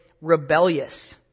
rebellious